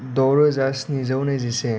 द'रोजा स्निजौ नैजिसे